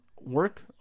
work